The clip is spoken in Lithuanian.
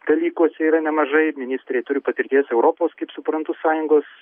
dalykuose yra nemažai ministrė turi patirties europos kaip suprantu sąjungos